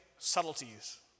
subtleties